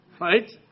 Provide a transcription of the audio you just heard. right